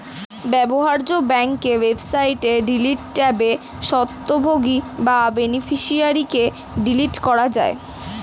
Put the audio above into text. ব্যবহার্য ব্যাংকের ওয়েবসাইটে ডিলিট ট্যাবে স্বত্বভোগী বা বেনিফিশিয়ারিকে ডিলিট করা যায়